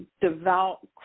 devout